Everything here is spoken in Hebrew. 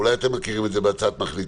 אולי אתם מכירים את זה בהצעת מחליטים.